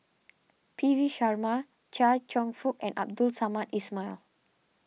P V Sharma Chia Cheong Fook and Abdul Samad Ismail